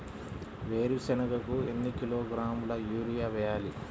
వేరుశనగకు ఎన్ని కిలోగ్రాముల యూరియా వేయాలి?